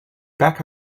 back